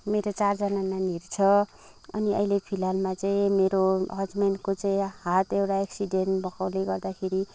मेरो चारजना नानीहरू छ अनि अहिले फिलहालमा चाहिँ मेरो हजबेन्डको चाहिँ हात एउटा एक्सिडेन्ट भएकोले गर्दाखेरि